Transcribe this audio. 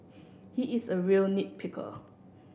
he is a real nit picker